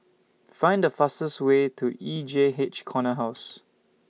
Find The fastest Way to E J H Corner House